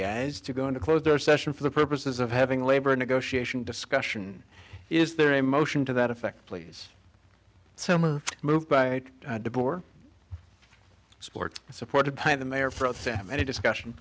guys to go into closed session for the purposes of having labor negotiation discussion is there a motion to that effect please so much moved by de boer sports supported by the mayor for sam any discussion